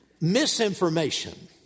misinformation